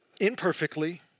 Imperfectly